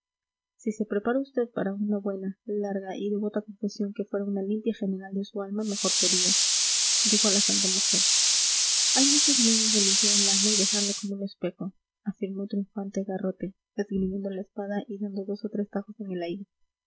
si se preparara vd para una buena larga y devota confesión que fuera una limpia general de su alma mejor sería dijo la santa mujer hay muchos medios de limpiar el alma y dejarla como un espejo afirmó triunfante garrote esgrimiendo la espada y dando dos o tres tajos en el aire